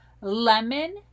lemon